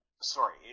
Sorry